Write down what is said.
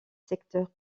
secteurs